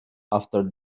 after